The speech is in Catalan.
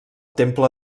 temple